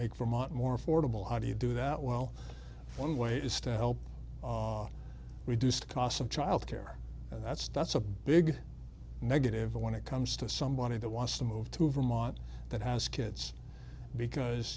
make vermont more affordable how do you do that well one way is to help reduce the cost of childcare that's that's a big negative when it comes to somebody that wants to move to vermont that has kids because